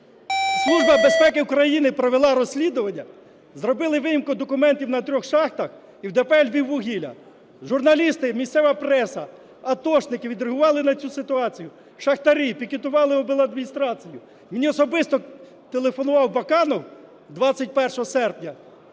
Служба безпеки України провела розслідування. Зробили виїмку документів на трьох шахтах і в ДП "Львіввугілля". Журналісти, місцева преса, атошники відреагували на цю ситуацію. Шахтарі пікетували обладміністрації. Мені особисто телефонував Баканов 21 серпня